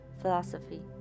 philosophy